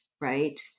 right